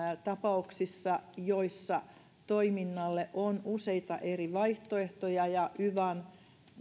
tapauksissa joissa toiminnalle on useita eri vaihtoehtoja ja yvan